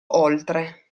oltre